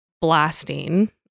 blasting